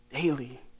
daily